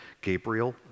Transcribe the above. Gabriel